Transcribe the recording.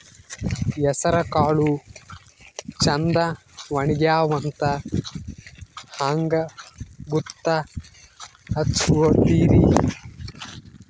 ಹೆಸರಕಾಳು ಛಂದ ಒಣಗ್ಯಾವಂತ ಹಂಗ ಗೂತ್ತ ಹಚಗೊತಿರಿ?